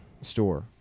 store